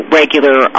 regular